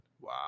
wow